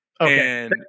Okay